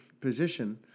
position